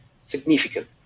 significant